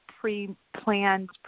pre-planned